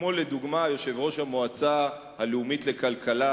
כמו לדוגמה יושב-ראש המועצה הלאומית לכלכלה,